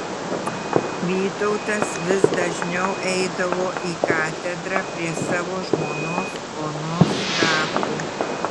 vytautas vis dažniau eidavo į katedrą prie savo žmonos onos kapo